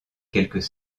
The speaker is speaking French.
quelques